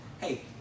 hey